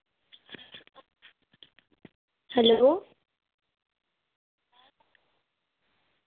hello